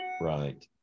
right